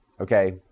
okay